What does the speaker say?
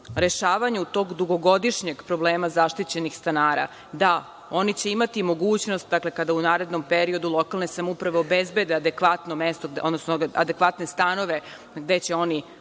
rešavanju tog dugogodišnjeg problema zaštićenih stanara da, oni će imati mogućnost kada u narednom periodu lokalne samouprave obezbede adekvatno mesto odnosno